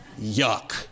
Yuck